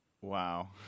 Wow